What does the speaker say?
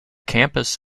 campus